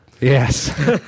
yes